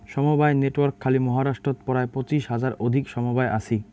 সমবায় নেটওয়ার্ক খালি মহারাষ্ট্রত পরায় পঁচিশ হাজার অধিক সমবায় আছি